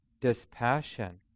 dispassion